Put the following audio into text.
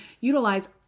utilize